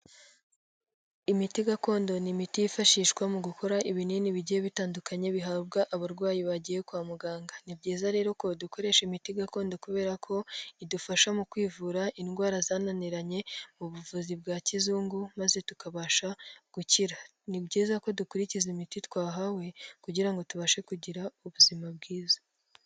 Imiti gakondo, ni imiti yifashishwa mu gukora ibinini bigiye bitandukanye bihabwa abarwayi bagiye kwa muganga, ni byiza rero ko dukoresha imiti gakondo kubera ko idufasha mu kwivura indwara zananiranye mu buvuzi bwa kizungu maze tukabasha gukira. Ni byiza ko dukurikiza imiti twahawe kugira ngo tubashe kugira ubuzima bwiza.